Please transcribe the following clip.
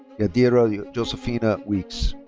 yadira yeah josefina weeks.